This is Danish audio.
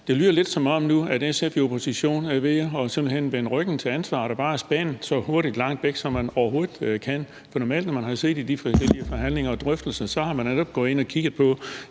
Nu lyder det lidt, som om SF i opposition simpelt hen er ved at vende ryggen til ansvaret og bare spæne, så hurtigt og så langt væk som man overhovedet kan. Normalt når man har siddet i de forskellige forhandlinger og drøftelser, har man netop gået ind og kigget på